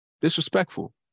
Disrespectful